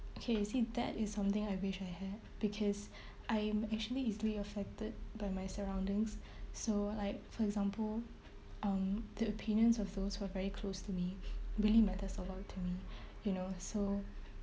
okay you see that is something I wish I had because I'm actually easily affected by my surroundings so like for example um the opinions of those who are very close to me really matters a lot to me you know so